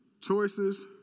choices